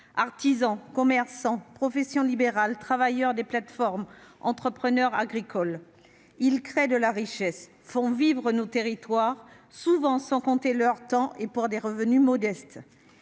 artisans, commerçants, professions libérales, travailleurs des plateformes, entrepreneurs agricoles ... Tous créent de la richesse, font vivre nos territoires, souvent sans compter leur temps et pour des revenus modestes.